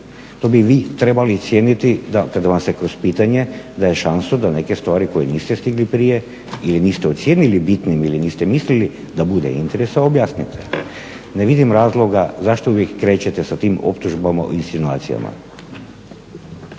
To bi vi trebali cijeniti da kada vam se kroz pitanje daje šansu da neke stvari koje niste stigli prije ili niste ocijenili bitnim ili niste mislili da bude interes da objasnite. Ne vidim razloga zašto vi krećete sa tim optužbama i insinuacijama?